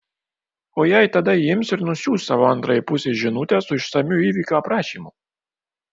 o jei tada ji ims ir nusiųs tavo antrajai pusei žinutę su išsamiu įvykio aprašymu